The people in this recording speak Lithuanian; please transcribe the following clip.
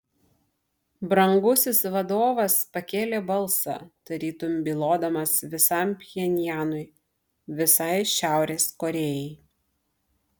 brangusis vadovas pakėlė balsą tarytum bylodamas visam pchenjanui visai šiaurės korėjai